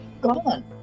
Gone